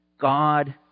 God